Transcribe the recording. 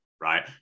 right